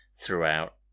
throughout